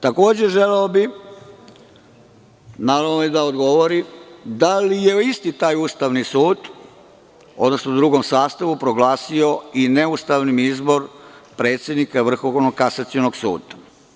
Takođe, želeo bih da mi odgovori da li je isti taj Ustavni sud, odnosno u drugom sastavu, proglasio i neustavnim izbor predsednika Vrhovnog kasacionog suda?